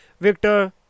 victor